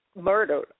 murdered